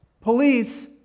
Police